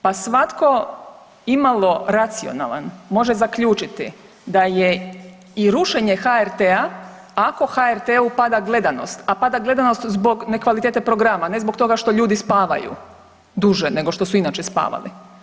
Pa svatko i malo racionalan može zaključiti da je i rušenje HRT-a ako HRT-u pada gledanost, a pada gledanost zbog nekvalitete programa, ne zbog toga što ljudi spavaju duže nego što su inače spavali.